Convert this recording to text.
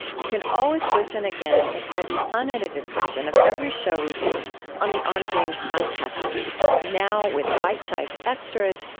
you can always listen again and hear the unedited version of every show we do on the on being podcast feed. now with bite-sized extras,